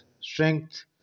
strength